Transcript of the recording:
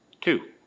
Two